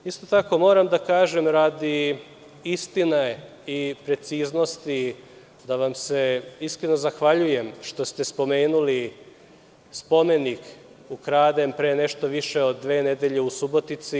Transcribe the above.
Isto tako, moram da kažem radi istine i preciznosti, da vam se iskreno zahvaljujem što ste spomenuli spomenik ukraden pre nešto više od dve nedelje u Subotici.